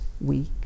week